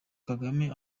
kagame